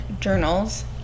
journals